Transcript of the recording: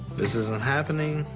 this isn't happening.